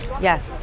Yes